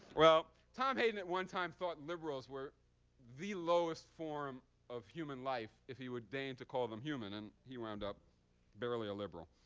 well, tom hayden at one time thought liberals were the lowest form of human life, if he would deign to call them human. and he wound up barely a liberal.